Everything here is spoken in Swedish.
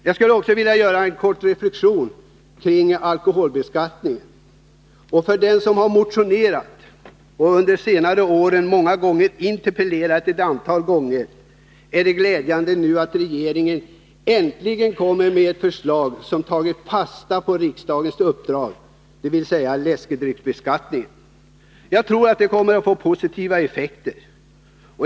Jag skulle också vilja göra en kort reflexion kring alkoholbeskattningen. För den som motionerat och under de senaste åren ett antal gånger interpellerat i den frågan är det glädjande att regeringen nu äntligen tagit fasta på riksdagens uppdrag och kommer med ett förslag om läskedrycksbeskattningen. Jag tror att det kommer att få positiva effekter.